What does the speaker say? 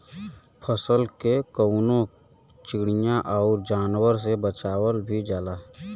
फसल के कउनो चिड़िया आउर जानवरन से बचावल भी जाला